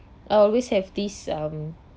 I always have this um